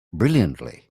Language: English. brilliantly